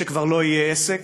כנראה שכבר לא יהיה עסק